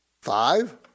Five